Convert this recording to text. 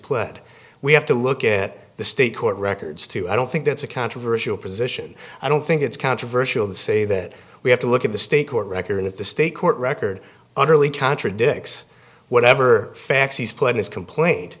put we have to look at the state court records to i don't think that's a controversial position i don't think it's controversial to say that we have to look at the state court record with the state court record utterly contradicts whatever facts he's put his complain